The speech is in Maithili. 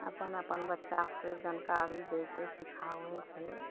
अपन अपन बच्चाके से जानकारी दै छै सिखाबै छै